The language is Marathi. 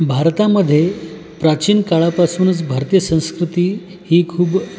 भारतामध्ये प्राचीन काळापासूनच भारतीय संस्कृती ही खूप